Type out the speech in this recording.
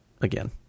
again